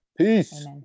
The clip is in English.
peace